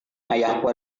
ayahku